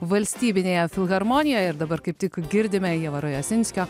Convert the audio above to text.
valstybinėje filharmonijoje ir dabar kaip tik girdime jovaro jasinskio